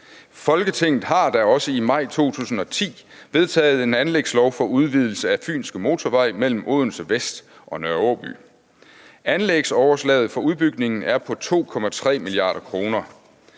Folketinget har da også i maj 2010 vedtaget en anlægslov for udvidelse af Fynske Motorvej mellem Odense Vest og Nr. Aaby. Anlægsoverslaget for udbygningen er på 2,3 mia. kr.